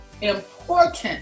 important